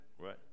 right